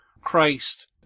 Christ